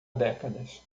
décadas